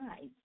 eyes